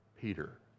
Peter